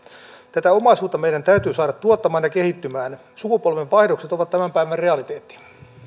tätä omaisuutta meidän täytyy saada tuottamaan ja kehittymään sukupolvenvaihdokset ovat tämän päivän realiteetti